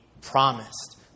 promised